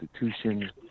institutions